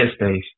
headspace